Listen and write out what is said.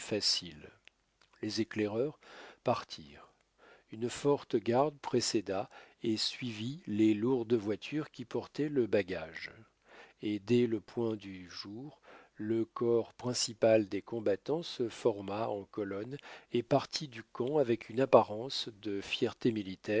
facile les éclaireurs partirent une forte garde précéda et suivit les lourdes voitures qui portaient le bagage et dès le point du jour le corps principal des combattants se forma en colonne et partit du camp avec une apparence de